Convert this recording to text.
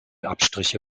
abstriche